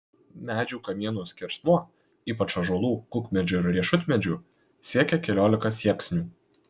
medžių kamienų skersmuo ypač ąžuolų kukmedžių ir riešutmedžių siekė keliolika sieksnių